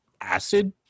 Acid